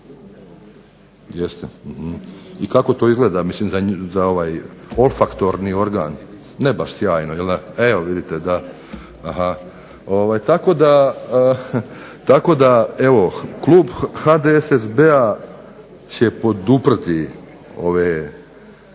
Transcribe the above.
Jeste. I kako to izgleda mislim za ovaj ... organ? Ne baš sjajno. Evo vidite. Tako da klub HDSSB-a će poduprti ove